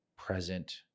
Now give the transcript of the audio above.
present